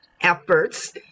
efforts